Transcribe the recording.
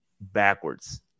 backwards